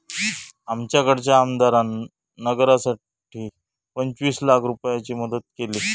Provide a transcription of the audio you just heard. आमच्याकडच्या आमदारान नगरासाठी पंचवीस लाख रूपयाची मदत केली